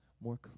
more